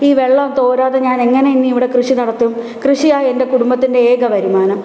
ഈ വെള്ളം തോരാതെ ഞാനെങ്ങനെ ഇനി ഇവിടെ കൃഷി നടത്തും കൃഷിയാണ് എന്റെ കുടുംബത്തിന്റെ ഏക വരുമാനം